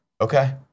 okay